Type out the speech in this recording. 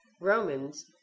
Romans